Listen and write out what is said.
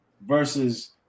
versus